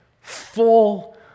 full